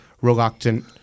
reluctant